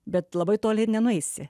bet labai toli nenueisi